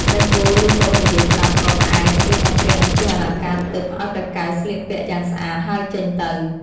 ព្រះគោឮប្អូននិយាយប្រាប់ក៏ក្អែសម្លៀកបំពាក់ និងគ្រឿងអលង្ការទិព្វឲ្យព្រះកែវស្លៀកពាក់យ៉ាងស្អាត ហើយចេញទៅ។